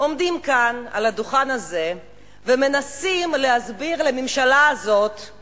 עומדים כאן על הדוכן הזה ומנסים להסביר לממשלה הזו דרך